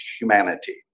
humanity